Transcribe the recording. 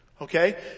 Okay